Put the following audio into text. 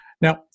Now